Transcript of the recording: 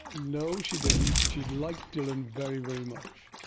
ah no, she didn't, she liked dylan very, very much,